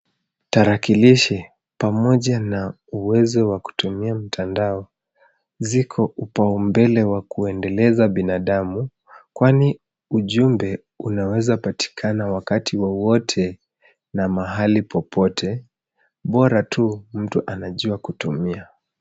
Tarakilishi, pamoja na uwezo wa kutumia mtandao ziko upau mbele wa kuendeleza binadamu, kwani ujumbe unaweza patikana wakati wowote, na mahali popote bora tu, mtu anajua kutumia.